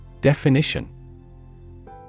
Definition